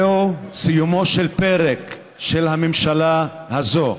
זהו סיומו של הפרק של הממשלה הזו.